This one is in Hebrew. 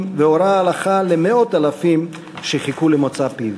והורה הלכה למאות אלפים שחיכו למוצא פיו.